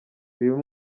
uyu